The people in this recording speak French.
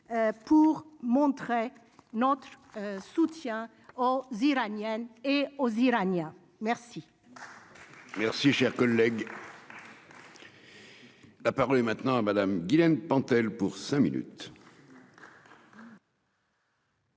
pour montrer notre soutien aux Iraniens et aux Iraniens merci. Merci, cher collègue. La parole est maintenant à Madame Guilaine Pantel pour cinq minutes.